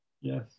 Yes